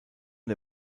der